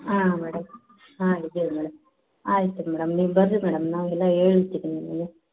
ಆಂ madam ಹಾಂ ಇದ್ದೀವಿ madam ಆಯಿತು ಮೇಡಮ್ ನೀವು ಬರ್ರಿ ಮೇಡಮ್ ನಾವೆಲ್ಲ ಹೇಳ್ತೀವಿ ನಿಮಗೆ